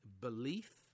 belief